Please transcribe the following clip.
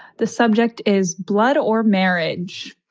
the subject is blood or marriage,